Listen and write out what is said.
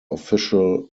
official